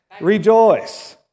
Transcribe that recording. Rejoice